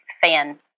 fan